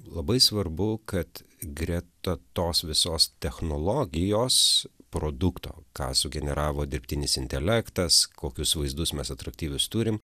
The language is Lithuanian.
labai svarbu kad greta tos visos technologijos produkto ką sugeneravo dirbtinis intelektas kokius vaizdus mes atraktyvius turim